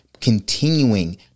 continuing